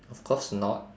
of course not